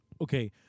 Okay